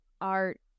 art